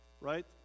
Right